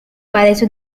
padece